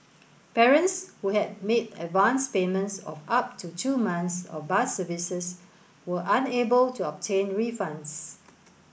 parents who had made advanced payments of up to two months of bus services were unable to obtain refunds